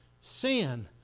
Sin